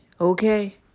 okay